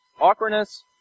Awkwardness